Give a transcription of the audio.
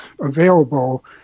available